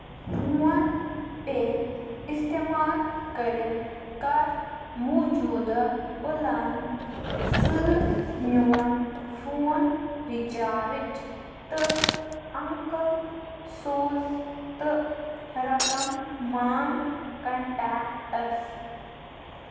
phone پے استعمال کٔرِتھ کَر موٗجوٗدٕ پلان سۭتۍ میون فون رِچارٕج تہٕ اَنکٔل سوز تہٕ رقم مام کنٹیکٹَس